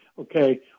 okay